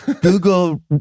Google